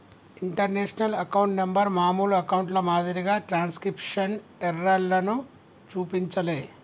international account number మామూలు అకౌంట్ల మాదిరిగా ట్రాన్స్క్రిప్షన్ ఎర్రర్లను చూపించలే